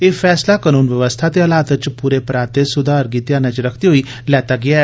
एह् फैसला कनून बवस्था ते हालात च पूरे पराते सुधार गी ध्यानै च रखदे होई लैता गेआ ऐ